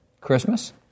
Christmas